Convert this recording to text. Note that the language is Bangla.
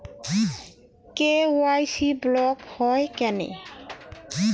কে.ওয়াই.সি ব্লক হয় কেনে?